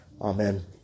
Amen